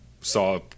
saw